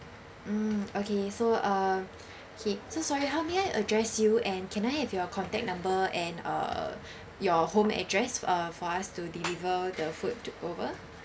mm okay so uh okay so sorry how may I address you and can I have your contact number and uh your home address uh for us to deliver the food to over